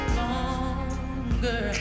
longer